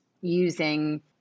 using